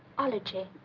ology.